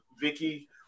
Vicky